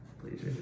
please